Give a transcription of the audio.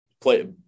play